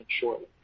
shortly